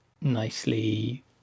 nicely